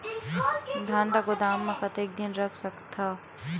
धान ल गोदाम म कतेक दिन रख सकथव?